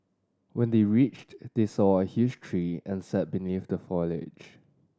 when they reached they saw a huge tree and sat beneath the foliage